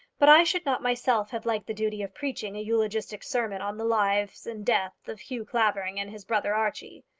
but i should not myself have liked the duty of preaching eulogistic sermon on the lives and death of hugh clavering and his brother archie.